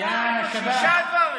שישה,